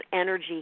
energy